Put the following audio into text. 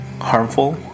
harmful